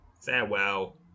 farewell